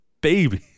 baby